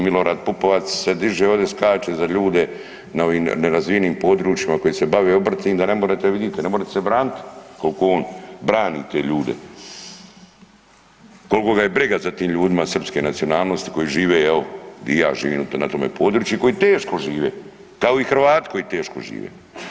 Milorad Pupovac se diže ovdje skače za ljude na ovim nerazvijenim područjima koji se bave obrtom ne morete vidite ne morete se branit koliko on brani te ljude, koliko ga je briga za tim ljudima srpske nacionalnosti koji žive evo i ja živim na tome području, koji teško žive kao i Hrvati koji teško žive.